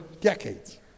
decades